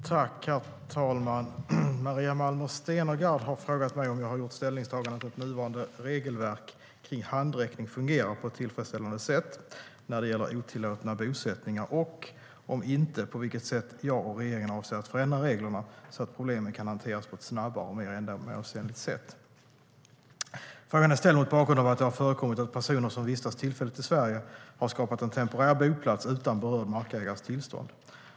Svar på interpellationer Herr talman! Maria Malmer Stenergard har frågat mig om jag har gjort ställningstagandet att nuvarande regelverk kring handräckning fungerar på ett tillfredsställande sätt när det gäller otillåtna bosättningar och, om inte, på vilket sätt jag och regeringen avser att förändra reglerna så att problemen kan hanteras på ett snabbare och mer ändamålsenligt sätt. Frågan är ställd mot bakgrund av att det har förekommit att personer som vistas tillfälligt i Sverige har skapat en temporär boplats utan berörd markägares tillstånd.